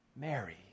Mary